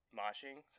moshing